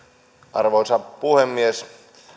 arvoisa puhemies